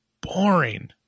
boring